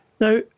Now